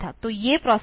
तो ये प्रोसेसर